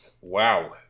wow